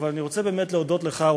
אבל אני רוצה באמת להודות לך,